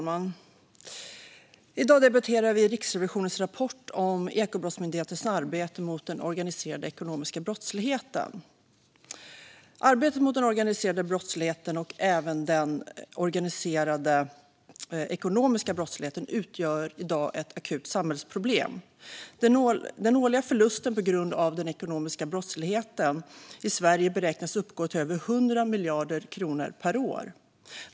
Fru talman! Vi debatterar Riksrevisionens rapport om Ekobrottsmyndighetens arbete mot den organiserade ekonomiska brottsligheten. Arbetet mot den organiserade brottsligheten och även den organiserade ekonomiska brottsligheten utgör ett akut samhällsproblem. Den årliga förlusten på grund av den ekonomiska brottsligheten i Sverige beräknas uppgå till över 100 miljarder kronor per år.